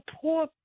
poor